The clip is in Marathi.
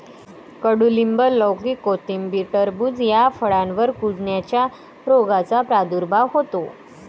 कडूलिंब, लौकी, कोथिंबीर, टरबूज या फळांवर कुजण्याच्या रोगाचा प्रादुर्भाव होतो